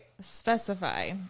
specify